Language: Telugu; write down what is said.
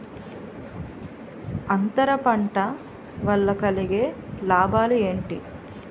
అంతర పంట వల్ల కలిగే లాభాలు ఏంటి